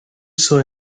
saw